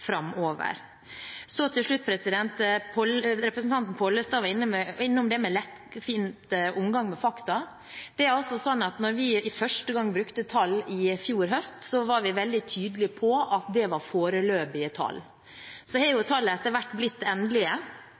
framover. Representanten Pollestad var innom dette med lettvint omgang med fakta. Da vi første gang brukte tall i fjor høst, var vi veldig tydelig på at tallene var foreløpige. Så har tallene etter hvert blitt endelige.